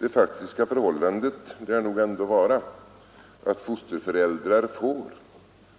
Det faktiska förhållandet lär nog ändå vara att fosterföräldrar får